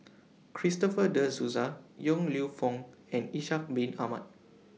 Christopher De Souza Yong Lew Foong and Ishak Bin Ahmad